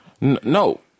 No